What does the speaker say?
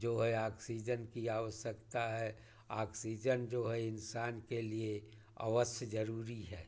जो है आक्सीजन की अवस्यकता है आक्सीजन जो है इंसान के लिए अवश्य ज़रूरी है